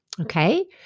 Okay